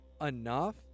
enough